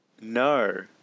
no